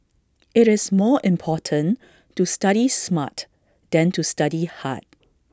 IT is more important to study smart than to study hard